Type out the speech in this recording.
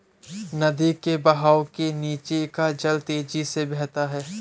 नदी के बहाव के नीचे का जल तेजी से बहता है